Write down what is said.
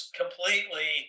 completely